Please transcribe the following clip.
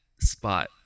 spot